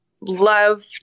love